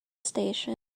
station